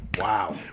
Wow